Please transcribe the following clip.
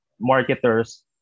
marketers